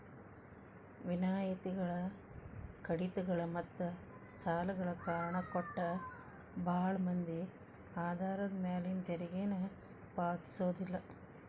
ವಿನಾಯಿತಿಗಳ ಕಡಿತಗಳ ಮತ್ತ ಸಾಲಗಳ ಕಾರಣ ಕೊಟ್ಟ ಭಾಳ್ ಮಂದಿ ಆದಾಯದ ಮ್ಯಾಲಿನ ತೆರಿಗೆನ ಪಾವತಿಸೋದಿಲ್ಲ